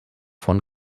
von